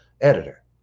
editor